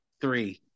three